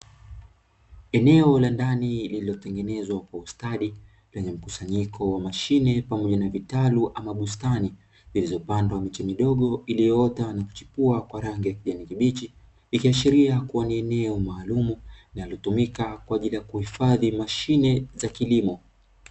Eneo la ndani lilotengenezwa kwa ustadi lenye mkusanyiko wa mashine pamoja na vitalu ama bustani nilizopandwa miti midogo iliyoota na kuchukua kwa rangi ya kijani kibichi ikiashiria kuwa ni eneo linalotumika kwa ajili ya kuhifadhi mashine za kilimo.